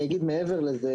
אני אגיד מעבר לזה.